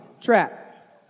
Trap